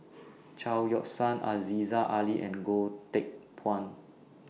Chao Yoke San Aziza Ali and Goh Teck Phuan